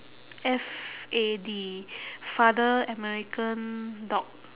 F A D father american dog